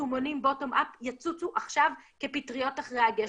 יישומונים bottom-up יצוצו עכשיו כפטריות אחרי הגשם,